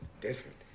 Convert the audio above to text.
different